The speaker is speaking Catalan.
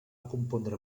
compondre